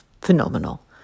phenomenal